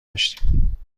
داشتیم